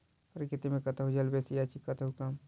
प्रकृति मे कतहु जल बेसी अछि त कतहु कम